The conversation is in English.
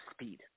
speed